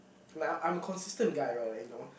like I'm I'm a consistent guy right like you know